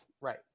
right